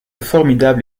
formidable